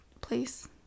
place